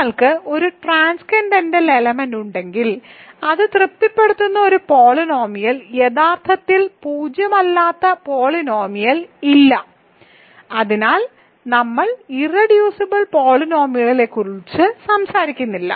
നിങ്ങൾക്ക് ഒരു transcendental element ഉണ്ടെങ്കിൽ അത് തൃപ്തിപ്പെടുത്തുന്ന ഒരു പോളിനോമിയൽ യഥാർത്ഥത്തിൽ പൂജ്യമല്ലാത്ത പോളിനോമിയൽ ഇല്ല അതിനാൽ നമ്മൾ ഇർറെഡ്യൂസിബിൾ പോളിനോമിയലുകളെക്കുറിച്ച് സംസാരിക്കുന്നില്ല